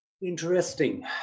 Interesting